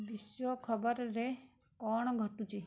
ବିଶ୍ୱ ଖବରରେ କ'ଣ ଘଟୁଛି